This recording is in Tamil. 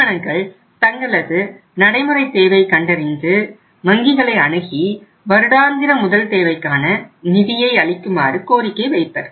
நிறுவனங்கள் தங்களது நடைமுறை தேவை கண்டறிந்து வங்கிகளை அணுகி வருடாந்திர முதல் தேவைக்கான நிதியை அளிக்குமாறு கோரிக்கை வைப்பர்